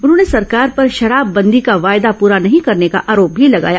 उन्होंने सरकार पर शराबबंदी का वायदा पूरा नहीं करने का आरोप भी लगाया